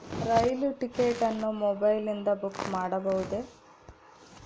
ರೈಲು ticket ಅನ್ನು ಮೊಬೈಲಿಂದ book ಮಾಡಬಹುದೆ?